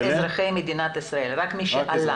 היום היה רק אזרחי מדינת ישראל, רק מי שעלה.